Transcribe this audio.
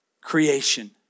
creation